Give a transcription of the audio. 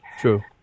True